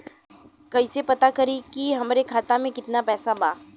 कइसे पता करि कि हमरे खाता मे कितना पैसा बा?